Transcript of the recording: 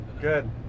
Good